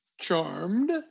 Charmed